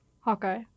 Hawkeye